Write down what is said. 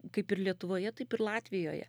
kaip ir lietuvoje taip ir latvijoje